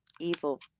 evil